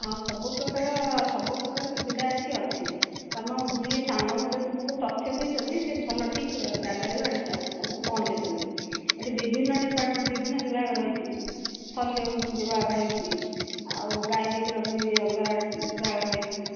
ହଁ ସବୁ ପ୍ରକାର ସବୁ ପ୍ରକାର ସୁବିଧା ଏଠି ଅଛି ତମ ଯିଏ ସାଙ୍ଗ ମଧ୍ୟ ତୁମକୁ ତଥ୍ୟ ଦେଇଛନ୍ତି ସେ ଭଲ ଠିକ୍ ଜାଗାରେ ତମକୁ ପହଞ୍ଚେଇଚନ୍ତି ଏଠି ବିଭିନ୍ନ ଡିପାର୍ଟମେଣ୍ଟ ବିଭିନ୍ନ ବିଭାଗ ରହିଛି ଶଲ୍ୟ ବିଭାଗ ରହିଛି ଆଉ ଗାଇନିକ୍ର ବି ଅଲଗା ବିଭାଗ ରହିଛି